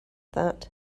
that